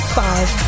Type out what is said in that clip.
five